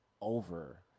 over